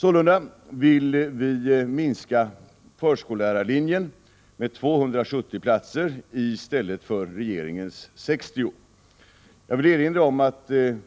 Sålunda vill vi minska förskollärarlinjen med 270 platser istället för med regeringens 60. Jag vill erinra om att det